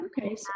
okay